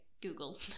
Google